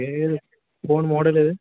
ഏത് phone model ഏത്